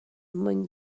mwyn